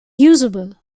usable